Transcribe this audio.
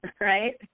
right